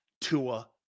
Tua